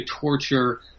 torture